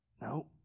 No